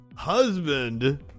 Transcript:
husband